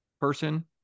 person